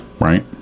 Right